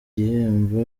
gihembo